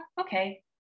okay